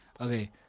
Okay